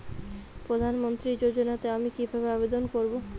প্রধান মন্ত্রী যোজনাতে আমি কিভাবে আবেদন করবো?